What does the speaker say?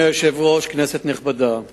ביום ד' בסיוון התשס"ט (27 במאי 2009):